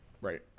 Right